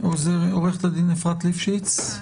עו"ד אפרת ליפשיץ,